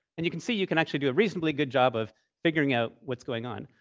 and you can see, you can actually do a reasonably good job of figuring out what's going on.